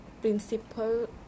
principle